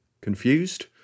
Confused